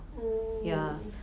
oo